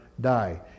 die